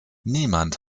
niemand